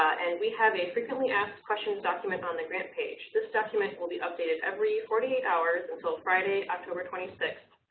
and we have a frequently asked questions document on the grant page. this document will be updated every forty eight hours until friday, october twenty six,